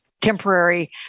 temporary